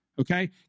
okay